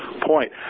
point